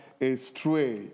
astray